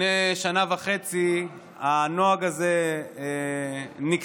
לפני שנה וחצי הנוהג הזה נקטע,